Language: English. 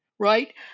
right